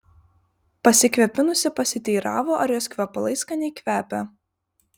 pasikvėpinusi pasiteiravo ar jos kvepalai skaniai kvepią